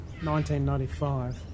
1995